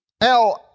Now